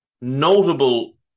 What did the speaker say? Notable